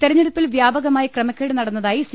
തെരഞ്ഞെടുപ്പിൽ വ്യാപകമായി ക്രമക്കേട് നടന്നതായി സി